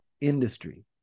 industry